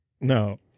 No